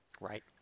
right